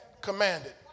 commanded